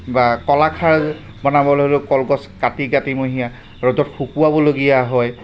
বা কলাখাৰ বনাবলৈ হ'লেও কলগছ কাটি কাতিমহীয়া ৰ'দত শুকোৱাবলগীয়া হয়